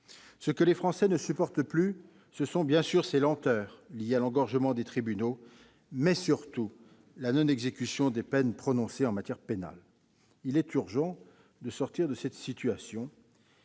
Ce que les Français ne supportent plus, ce sont bien sûr les lenteurs liées à l'engorgement des tribunaux, mais surtout la non-exécution des peines prononcées en matière pénale. Il est urgent de mettre fin à cette situation,